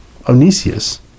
Onesius